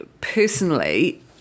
personally